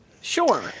Sure